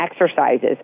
exercises